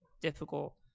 difficult